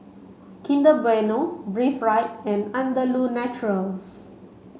Kinder Bueno Breathe Right and Andalou Naturals